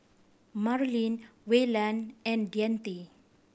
Marilynn Wayland and Deante